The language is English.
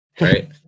right